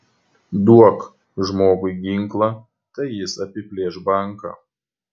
duok žmogui ginklą tai jis apiplėš banką